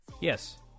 Yes